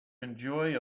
enjoy